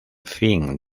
fin